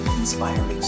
inspiring